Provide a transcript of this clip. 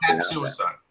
Suicide